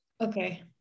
Okay